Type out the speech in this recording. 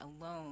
alone